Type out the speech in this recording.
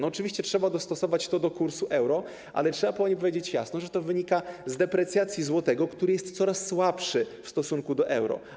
Oczywiście z potrzeby dostosowania do kursu euro, ale trzeba też powiedzieć jasno, że to wynika z deprecjacji złotego, który jest coraz słabszy w stosunku do euro.